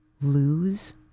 lose